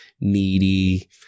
needy